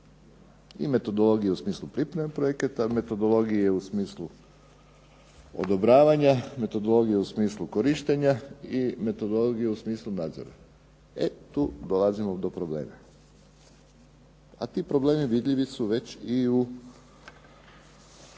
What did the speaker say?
i metodologije u smislu pripreme projekata, metodologije u smislu odobravanja, metodologije u smislu korištenja i metodologije u smislu nadzora. E tu dolazimo do problema. A ti problemi vidljivi su već i u